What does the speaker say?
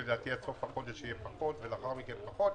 ולדעתי עד סוף החודש יהיה פחות ולאחר מכן פחות.